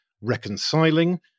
reconciling